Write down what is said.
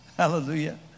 Hallelujah